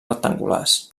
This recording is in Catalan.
rectangulars